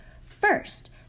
First